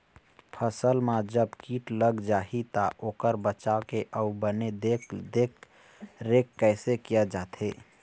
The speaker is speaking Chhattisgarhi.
फसल मा जब कीट लग जाही ता ओकर बचाव के अउ बने देख देख रेख कैसे किया जाथे?